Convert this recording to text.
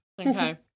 Okay